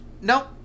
Nope